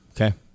Okay